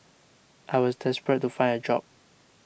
I was desperate to find a job